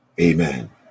amen